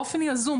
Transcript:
באופן יזום,